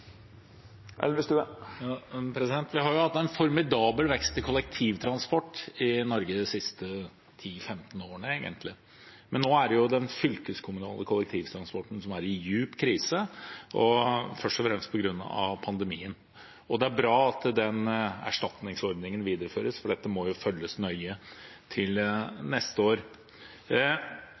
årene. Men nå er det den fylkeskommunale kollektivtransporten som er i dyp krise, først og fremst på grunn av pandemien. Det er bra at den erstatningsordningen videreføres, for dette må følges nøye til neste år.